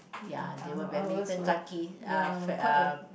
ya they were badminton kaki uh uh